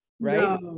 Right